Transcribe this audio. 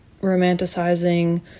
romanticizing